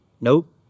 Nope